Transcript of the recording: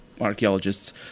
archaeologists